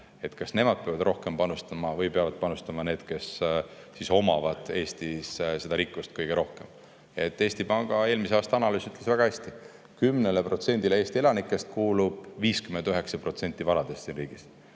või mõlemad, peab rohkem panustama või peavad panustama need, kes omavad Eestis seda rikkust kõige rohkem? Eesti Panga eelmise aasta analüüs ütles väga hästi: 10%‑le Eesti elanikest kuulub 59% varadest siin riigis.